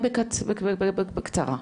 בקצרה.